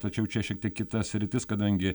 tačiau čia šiek tiek kita sritis kadangi